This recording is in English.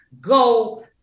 go